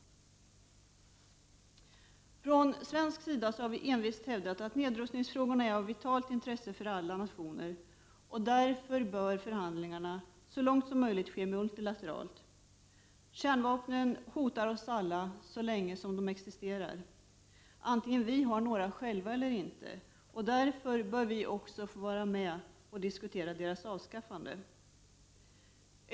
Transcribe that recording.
Från svensk sida har vi envist hävdat att nedrustningsfrågorna är av vitalt intresse för alla nationer, och därför bör förhandlingarna så långt som möjligt ske multilateralt. Kärnvapnen hotar oss alla, så länge de existerar, vare sig vi har några själva eller inte, och därför bör vi också få vara med och diskutera deras avskaffande.